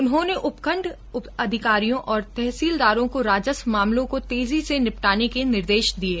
उन्होंने उपखण्ड अधिकारियों और तहसीलदारों को राजस्व मामलों को तेजी से निपटाने के निर्देश दिये